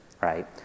right